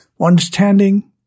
understanding